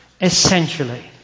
essentially